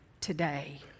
today